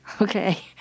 Okay